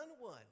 one